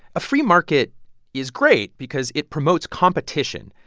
a free market is great because it promotes competition.